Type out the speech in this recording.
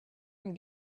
and